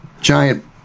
giant